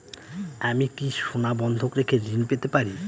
আমি কি সোনা বন্ধক রেখে ঋণ পেতে পারি?